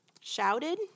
Shouted